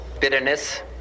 bitterness